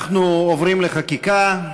אנחנו עוברים לחקיקה,